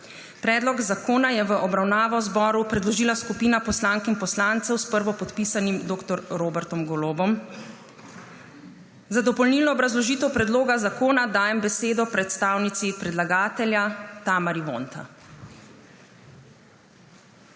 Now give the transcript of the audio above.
Predlog zakona je v obravnavo zboru predložila skupina poslank in poslancev s prvopodpisanim dr. Robertom Golobom. Za dopolnilno obrazložitev predloga zakona dajem besedo predstavnici predlagatelja, Tamari Vonta.